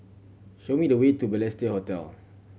show me the way to Balestier Hotel